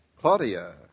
Claudia